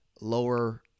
lower